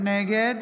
נגד